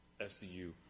SDU